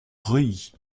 reuilly